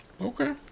Okay